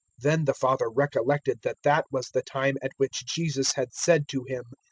then the father recollected that that was the time at which jesus had said to him,